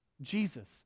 Jesus